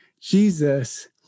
Jesus